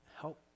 help